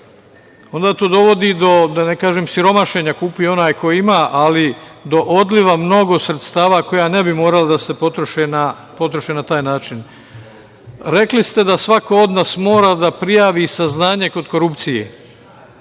Onda to dovodi, da ne kažem, siromašenja, kupi onaj koji ima, ali do odliva mnogo sredstava koja ne bi morala da se potroše na taj način. Rekli ste da svaki odnos mora da prijavi saznanje kod korupcije.